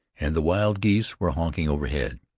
and the wild geese were honking overhead.